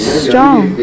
strong